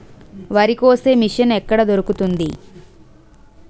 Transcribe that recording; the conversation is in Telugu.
వరి కోసే మిషన్ ఎక్కడ దొరుకుతుంది?